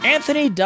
Anthony